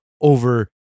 over